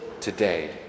today